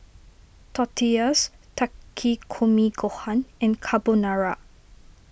Tortillas Takikomi Gohan and Carbonara